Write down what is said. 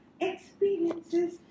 experiences